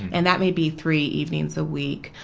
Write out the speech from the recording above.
and that may be three evenings a week,